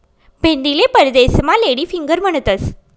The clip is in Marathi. भेंडीले परदेसमा लेडी फिंगर म्हणतंस